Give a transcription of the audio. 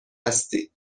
هستی